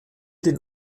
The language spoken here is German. den